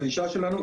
הדרישה שלנו,